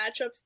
matchups